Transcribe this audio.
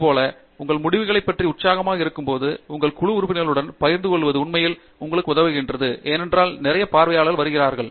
அதேபோல் உங்கள் முடிவுகளைப் பற்றி உற்சாகமாக இருக்கும்போது உங்கள் குழு உறுப்பினர்களுடன் பகிர்ந்து கொள்வது உண்மையில் உங்களுக்கு உதவுகிறது ஏனென்றால் நிறையப் பார்வையாளர்கள் வருகிறார்கள்